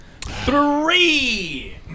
three